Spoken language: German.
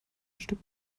stück